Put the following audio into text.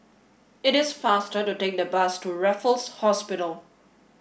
it is faster to take the bus to Raffles Hospital